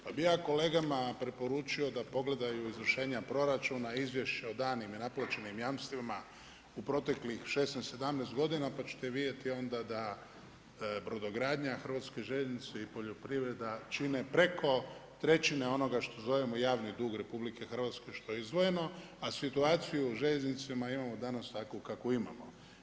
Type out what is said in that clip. Pa bi ja kolegama preporučio da pogledaju izvršenja proračuna, izvješća o danim i nenaplaćenim jamstvima u proteklih 16, 17 godina pa ćete vidjeti onda da brodogradnja, hrvatske željeznice i poljoprivreda čine preko trećine onoga što zovemo javni dug RH, što je izdvojeno, a situaciju u željeznicama imamo danas takvu kakvu imamo.